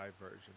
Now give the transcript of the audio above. version